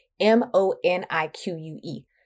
M-O-N-I-Q-U-E